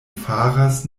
faras